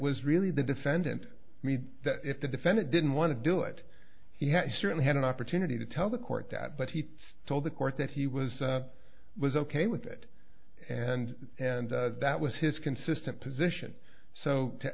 was really the defendant i mean if the defendant didn't want to do it he certainly had an opportunity to tell the court that but he told the court that he was was ok with it and and that was his consistent position so to